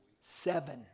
Seven